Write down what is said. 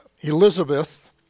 Elizabeth